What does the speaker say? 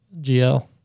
GL